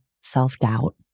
self-doubt